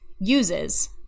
uses